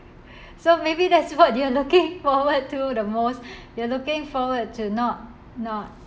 so maybe that's what you're looking forward to the most you're looking forward to not not